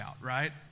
right